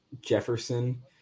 Jefferson